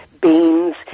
beans